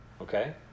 okay